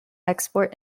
export